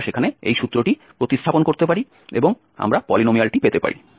আমরা সেখানে এই সূত্রটি প্রতিস্থাপন করতে পারি এবং আমরা পলিনোমিয়ালটি পেতে পারি